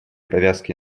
повязки